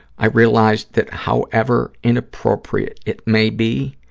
i realized that however inappropriate it may be,